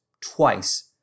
twice